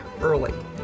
early